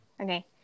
Okay